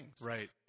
right